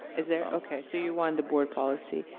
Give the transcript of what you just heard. is there, okay. so, you wanted the board policy.